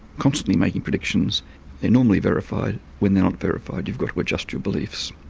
constantly making predictions they are normally verified, when they are not verified you've got to adjust your beliefs.